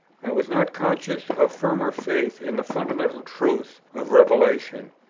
i was not conscious of firmer faith in the fundamental truths of revelation,